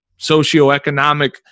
socioeconomic